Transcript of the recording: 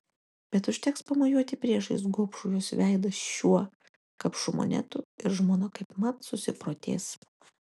bet užteks pamojuoti priešais gobšų jos veidą šiuo kapšu monetų ir žmona kaipmat susiprotės